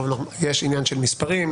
יש עניין של מספרים,